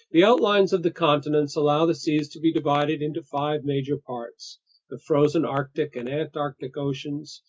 the outlines of the continents allow the seas to be divided into five major parts the frozen arctic and antarctic oceans,